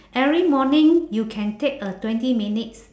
every morning you can take a twenty minutes